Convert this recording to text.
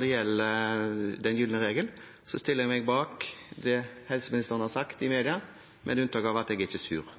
det gjelder den gylne regel, stiller jeg meg bak det helseministeren har sagt i media, med unntak av at jeg ikke er sur.